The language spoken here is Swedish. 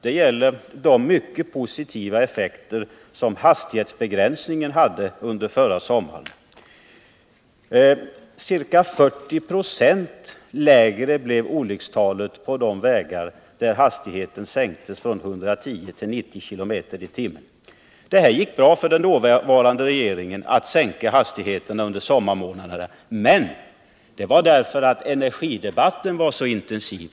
Det gäller de mycket positiva effekterna av hastighetsbegränsningen under förra sommaren. Olyckstalet blev ca 40 96 lägre på de vägar där hastigheten sänktes från 110 till 90 km/tim. Det gick bra för den dåvarande regeringen att genomföra sänkning av hastigheten under sommarmånaderna, men det berodde på att energidebatten var så intensiv.